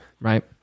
Right